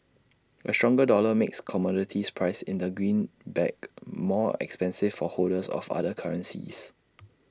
A stronger dollar makes commodities priced in the greenback more expensive for holders of other currencies